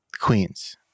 Queens